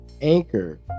Anchor